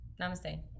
namaste